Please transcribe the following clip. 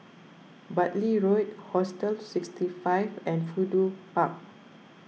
Bartley Road Hostel sixty five and Fudu Park